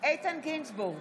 איתן גינזבורג,